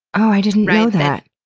oh, i didn't know that.